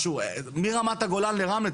מרמת הגולן לרמלה,